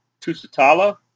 Tusitala